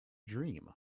dream